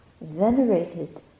venerated